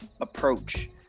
approach